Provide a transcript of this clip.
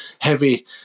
heavy